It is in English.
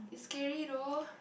it's scary though